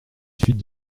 suite